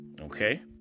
okay